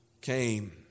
came